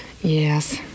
Yes